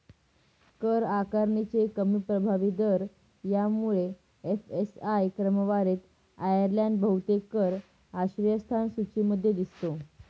कर आकारणीचे कमी प्रभावी दर यामुळे एफ.एस.आय क्रमवारीत आयर्लंड बहुतेक कर आश्रयस्थान सूचीमध्ये दिसतो